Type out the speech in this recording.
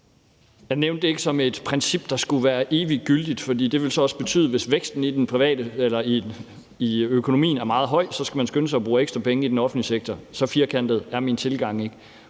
Jeg nævnte det ikke som et princip, der skulle være eviggyldigt, for det ville så også betyde, at hvis væksten i økonomien var meget høj, skulle man skynde sig at bruge ekstra penge i den offentlige sektor. Så firkantet er min tilgang ikke.